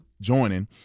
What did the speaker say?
joining